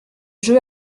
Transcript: jeu